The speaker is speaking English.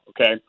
Okay